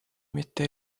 mitte